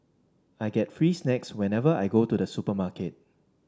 I get free snacks whenever I go to the supermarket